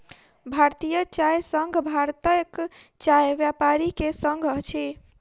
भारतीय चाय संघ भारतक चाय व्यापारी के संग अछि